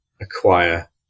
acquire